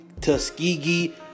Tuskegee